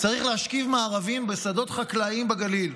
צריך להשכיב מארבים בשדות חקלאיים בגליל?